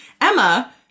Emma